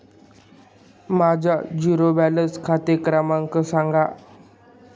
माझा zero balance खाते क्रमांक सांगा